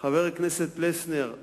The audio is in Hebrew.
חבר הכנסת פלסנר,